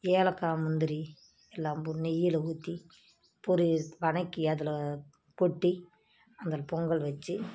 ஏலக்காய் முந்திரி எல்லாம் நெய்யில் ஊற்றி ஒரு வதக்கி அதில் கொட்டி அந்த பொங்கல் வச்சு